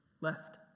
left